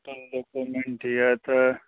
सब डॉकुमेन्ट अछि तऽ